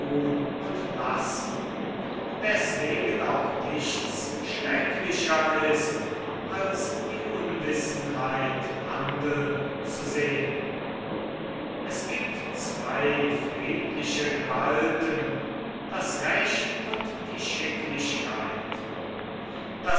und lassen deswegen auch nichts schrecklicher ist als die unwissenheit handeln zu sehen es gibt zwei friedliche gewalten das recht und die schicklichkeit